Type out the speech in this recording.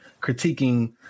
critiquing